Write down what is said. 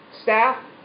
staff